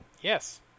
yes